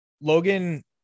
Logan